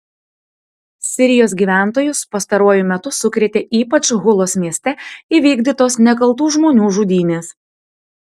sirijos gyventojus pastaruoju metu sukrėtė ypač hulos mieste įvykdytos nekaltų žmonių žudynės